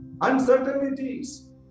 uncertainties